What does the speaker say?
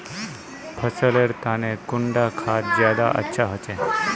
फसल लेर तने कुंडा खाद ज्यादा अच्छा होचे?